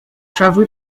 travel